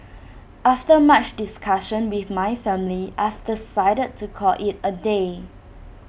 after much discussion with my family I've decided to call IT A day